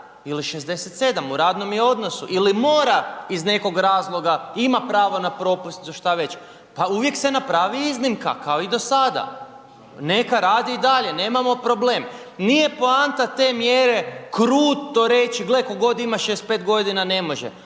ili 67 u radnom je odnosu ili mora iz nekoga razloga i ima pravo na propusnicu za šta već? Pa uvijek se napravi iznimka kao i do sada, neka radi i dalje nemamo problem. Nije poanta te mjere kruto reći gle tko god 65 godina ne može,